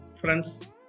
friends